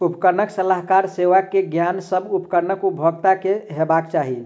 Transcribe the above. उपकरणक सलाहकार सेवा के ज्ञान, सभ उपकरण उपभोगता के हेबाक चाही